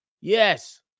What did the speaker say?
Yes